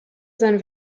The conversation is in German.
sein